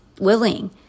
willing